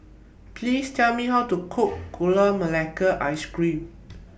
Please Tell Me How to Cook Gula Melaka Ice Cream